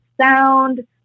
sound